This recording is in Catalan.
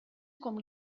com